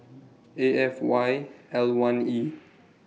A F Y one E